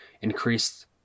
increased